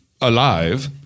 alive